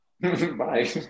Bye